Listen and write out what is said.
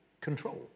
control